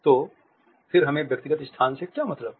तो फिर हमें व्यक्तिगत स्थान से क्या मतलब है